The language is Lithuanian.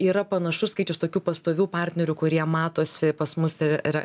yra panašus skaičius tokių pastovių partnerių kurie matosi pas mus tai yra